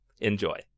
Enjoy